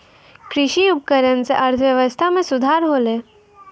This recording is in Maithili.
कृषि उपकरण सें अर्थव्यवस्था में सुधार होलय